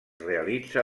realitza